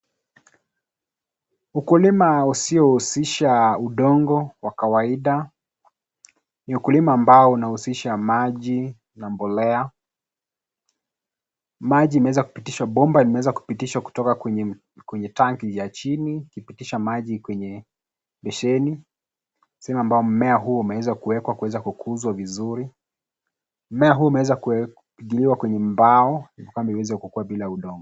Ukulima usiohusisha udongo wa kawaida ni ukulima ambao unahusisha maji na mbolea. Maji imeweza kupitishwa, bomba limeweza kupitishwa kutoka kwenye tanki ya chini kupitisha maji kwenye besheni sehemu ambao mmea huu umewezwa kuwekwa kukuzwa vizuri. Mmea huu umeweza kuipigiliwa kwenye mbao mfano iweze kukua bila udongo.